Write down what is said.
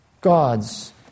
God's